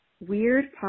weird